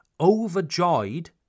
Overjoyed